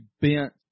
bent